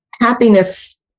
happiness